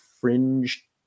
fringe